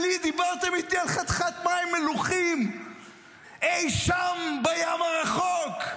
ודיברתם איתי על חתיכת מים מלוחים אי-שם בים הרחוק.